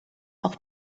auch